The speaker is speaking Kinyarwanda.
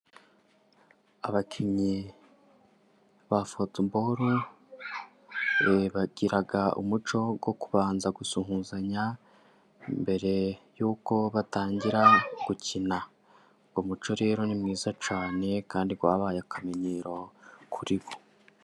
Abakinnyi ba futuboro bagira umuco wo kubanza gusuhuzanya, mbere y'uko batangira gukina. Uwo muco rero ni mwiza cyane, kandi ko wabaye akamenyero kuri bo.